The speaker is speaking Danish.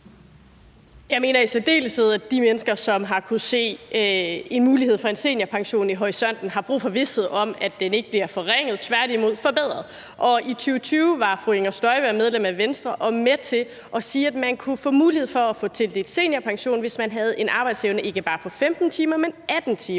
særdeleshed, at de mennesker, som har kunnet se en mulighed for en seniorpension i horisonten, har brug for vished om, at den ikke bliver forringet, men tværtimod forbedret. I 2020 var fru Inger Støjberg medlem af Venstre og med til at sige, at man kunne få mulighed for at få tildelt seniorpension, hvis man havde en arbejdsevne, ikke på 15 timer, men på 18 timer